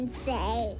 say